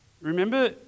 Remember